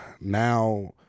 now